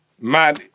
man